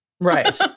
right